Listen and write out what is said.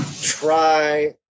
try